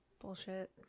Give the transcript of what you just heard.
bullshit